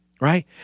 Right